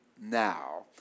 now